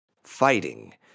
Fighting